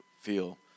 feel